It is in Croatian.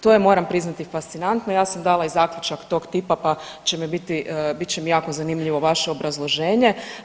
To je moram priznati fascinantno i ja sam dala i zaključak tog tipa, pa će mi biti, bit će mi jako zanimljivo vaše obrazloženje.